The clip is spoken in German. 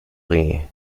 ray